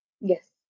Yes